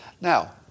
Now